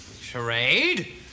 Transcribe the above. Charade